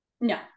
No